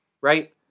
right